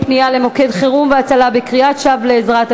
פנייה למוקד חירום והצלה בקריאת שווא לעזרה),